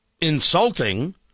insulting